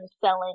selling